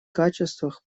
качествах